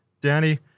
Danny